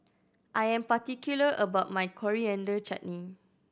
I am particular about my Coriander Chutney